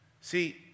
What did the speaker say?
See